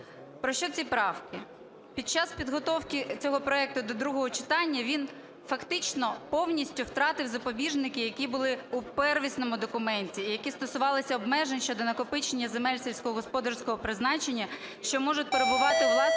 Про що ці правки. Під час підготовки цього проекту до другого читання, він фактично повністю втратив запобіжники, які були у первісному документі, які стосувалися обмежень щодо накопичення земель сільськогосподарського призначення, що можуть перебувати у власності